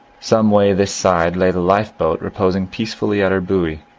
some way this side lay the lifeboat reposing peacefully at her buoy,